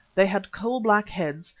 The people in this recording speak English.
they had coal-black heads,